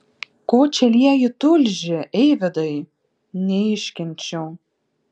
ko čia lieji tulžį eivydai neiškenčiau